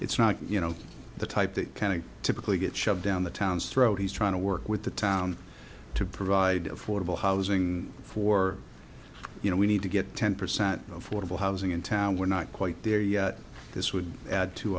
it's not you know the type that kind of typically gets shoved down the town's throat he's trying to work with the town to provide affordable housing for you know we need to get ten percent of whatever housing in town we're not quite there yet this would add to